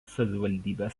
savivaldybės